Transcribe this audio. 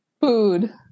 Food